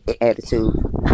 attitude